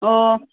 ꯑꯣ